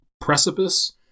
precipice